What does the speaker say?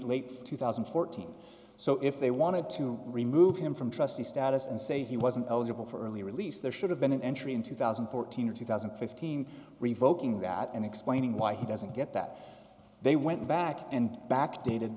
too late for two thousand and fourteen so if they wanted to remove him from trustee status and say he wasn't eligible for early release there should have been an entry in two thousand and fourteen or two thousand and fifteen revoking that and explaining why he doesn't get that they went back and back